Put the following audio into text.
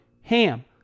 HAM